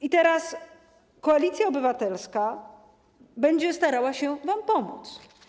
I teraz Koalicja Obywatelska będzie starała się wam pomóc.